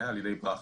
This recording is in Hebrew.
ברכה,